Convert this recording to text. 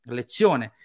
lezione